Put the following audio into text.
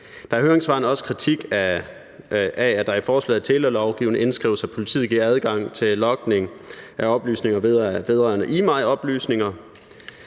Der er i høringssvarene også kritik af, at det i forslaget om telelov indskrives, at politiet giver adgang til logning af oplysninger vedrørende IMEI-oplysninger.